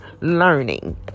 learning